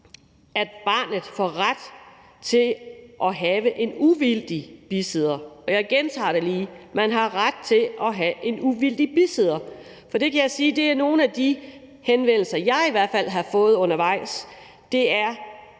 at barnet får ret til at have en uvildig bisidder. Jeg gentager det lige: Barnet har ret til at have en uvildig bisidder. For jeg kan sige, at det har nogle af de henvendelser, jeg i hvert fald har fået undervejs, drejet